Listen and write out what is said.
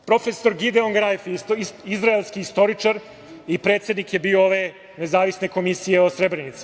Profesor Gideon Grajf, izraelski istoričar i predsednik je bio ove Nezavisne komisije o Srebrenici.